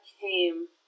came